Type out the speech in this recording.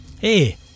hey